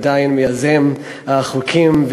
עדיין יוזם חוקים,